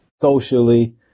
socially